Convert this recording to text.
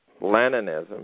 Leninism